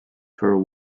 for